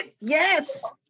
Yes